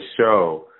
show